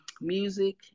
music